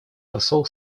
посол